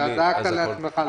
אה, דאגת לעצמך.